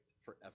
forever